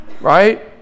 right